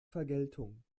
vergeltung